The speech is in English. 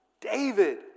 David